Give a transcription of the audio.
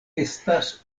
estas